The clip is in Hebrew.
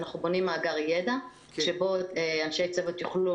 אנחנו בונים מאגר ידע שבו אנשי צוות יוכלו